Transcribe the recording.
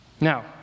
Now